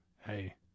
Hey